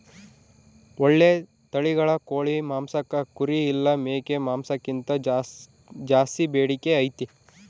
ಓಳ್ಳೆ ತಳಿಗಳ ಕೋಳಿ ಮಾಂಸಕ್ಕ ಕುರಿ ಇಲ್ಲ ಮೇಕೆ ಮಾಂಸಕ್ಕಿಂತ ಜಾಸ್ಸಿ ಬೇಡಿಕೆ ಐತೆ